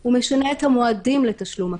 הוא משנה את המועדים לתשלום הקנס,